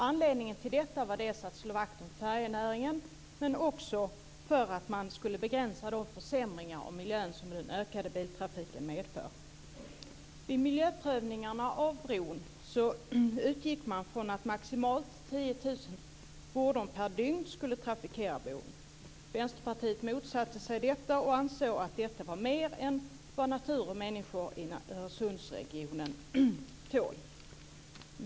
Anledningen till detta var att slå vakt om färjenäringen, men också att begränsa de försämringar av miljön som den ökade biltrafiken medför. I miljöprövningarna av bron utgick man från att maximalt 10 000 fordon per dygn skulle trafikera bron. Vänsterpartiet motsatte sig detta och ansåg att detta var mer än vad natur och människor i Öresundsregionen tål.